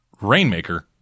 Rainmaker